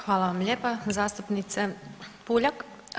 Hvala vam lijepa zastupnice Puljak.